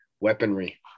weaponry